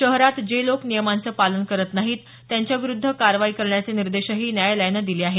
शहरात जे लोक नियमांचं पालन करत नाहीत त्यांच्याविरूद्ध कारवाई करण्याचे निर्देशही न्यायालयानं दिले आहेत